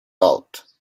out